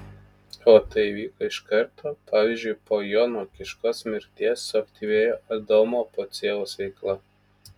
o tai įvyko iš karto pavyzdžiui po jono kiškos mirties suaktyvėjo adomo pociejaus veikla